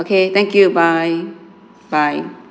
okay thank you bye bye